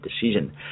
decision